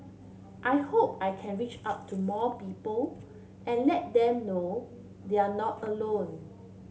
I hope I can reach out to more people and let them know they're not alone